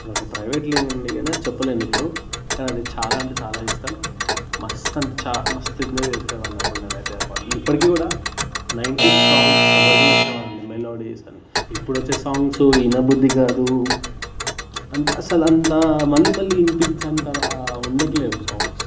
అది ఒక ప్రైవేట్ లేండి కానీ అది చెప్పలేను ఇప్పుడు కానీ అది చాలా అంటే చాలా ఇష్టం మస్తు అంటే చా మస్తు ఎంజాయ్ చేసేవాడిని అప్పుడు నేనైతే ఆ పాట ఇప్పటికి కూడా నైంటీ సాంగ్స్ ఎవరికి నచ్చవండి మెలోడీస్ ఇప్పుడు ఇచ్చే సాంగ్స్ వినబుద్ది కాదు అసల అంత మళ్ళీ మళ్ళీ వినిపించేంతలా ఉండట్లేదు సాంగ్సు